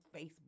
Facebook